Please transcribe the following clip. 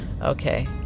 Okay